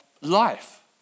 life